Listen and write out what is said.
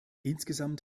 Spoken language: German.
insgesamt